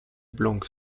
blanc